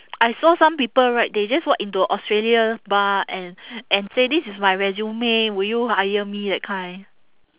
I saw some people right they just walk into australia bar and and say this is my resume will you hire me that kind